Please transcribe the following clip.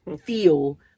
feel